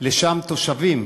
לשם תושבים,